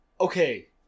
Okay